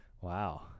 Wow